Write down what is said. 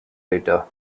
later